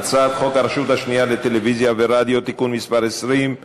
חוק הרשות השנייה לטלוויזיה ורדיו (תיקון מס' 40),